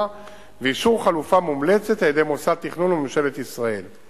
ואישור חלופה מומלצת על-ידי מוסד תכנון וממשלת ישראל,